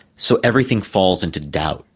so everything falls into doubt,